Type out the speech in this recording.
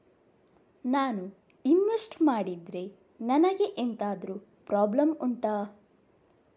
ನಾನು ಇನ್ವೆಸ್ಟ್ ಮಾಡಿದ್ರೆ ನನಗೆ ಎಂತಾದ್ರು ಪ್ರಾಬ್ಲಮ್ ಉಂಟಾ